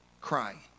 crying